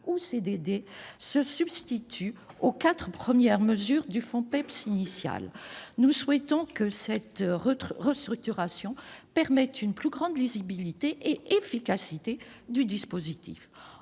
en CDD se substitue aux quatre premières mesures du fonds initial. Nous souhaitons que cette restructuration permette une plus grande lisibilité et une meilleure efficacité du dispositif.